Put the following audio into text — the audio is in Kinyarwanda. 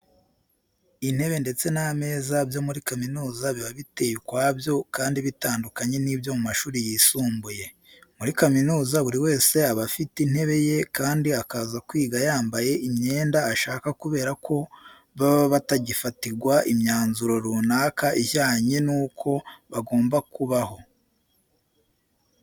Intebe ndetse n'ameza byo muri kaminuza biba biteye ukwabyo kandi bitandukanye n'ibyo mu mashuri yisumbuye. Muri kaminuza buri wese aba afite intebe ye kandi akaza kwiga yambaye imyenda ashaka kubera ko baba batagifatirwa imyanzuro runaka ijyanye nuko bagomba kubaho.